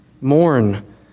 Mourn